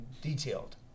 detailed